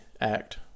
act